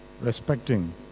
respecting